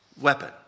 weapon